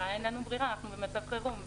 אין לנו ברירה, אנחנו במצב חירום.